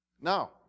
now